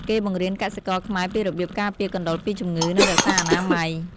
គេបង្រៀនកសិករខ្មែរពីរបៀបការពារកណ្តុរពីជំងឺ និងរក្សាអនាម័យ។